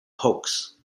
hoax